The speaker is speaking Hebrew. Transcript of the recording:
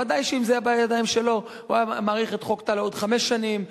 ודאי שאם זה היה בידיים שלו הוא היה מאריך את חוק טל עוד חמש שנים,